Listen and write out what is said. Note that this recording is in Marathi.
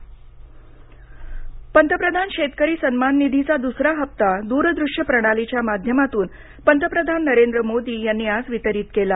किसान सन्मान निधी पंतप्रधान शेतकरी सन्मान निधीचा दुसरा हप्ता दूरदृश्य प्रणालीच्या माध्यमातून पंतप्रधान नरेंद्र मोदी यांनी आज वितरीत केला